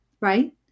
right